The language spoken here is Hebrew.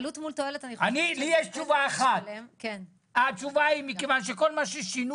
לי יש תשובה אחת מכיוון שכל מה ששינו